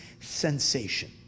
sensation